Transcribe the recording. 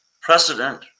Precedent